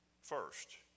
first